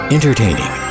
Entertaining